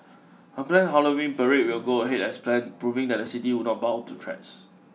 a planned Halloween parade will go ahead as planned proving that the city would not bow to threats